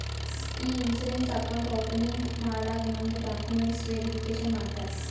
E insurance account opening ಮಾಡಾಗ್ ನಮ್ದು documents verification ಮಾಡ್ತಾರ